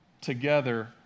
together